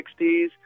60s